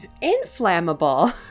Inflammable